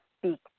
speak